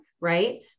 right